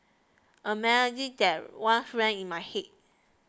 a melody that once rang in my head